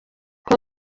kuba